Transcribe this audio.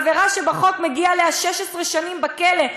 עבירה שבחוק מגיעות עליה 16 שנים בכלא,